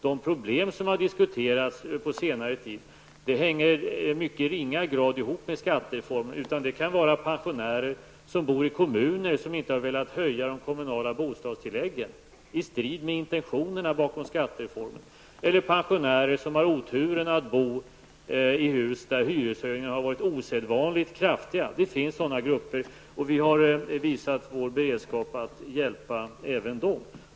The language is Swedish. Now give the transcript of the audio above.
Det problem som har diskuterats på senare tid hänger i mycket ringa grad ihop med skattereformen. Det kan vara fråga om pensionärer som bor i kommuner som i strid mot intentionerna bakom skattereformen inte har velat höja de kommunala bostadstilläggen, eller pensionärer som har oturen att bo i hus där hyreshöjningarna har varit osedvanligt kraftiga. Det finns sådana grupper, och vi har visat vår beredskap att hjälpa även dem.